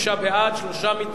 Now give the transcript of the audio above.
ובכן, 36 בעד, שלושה מתנגדים.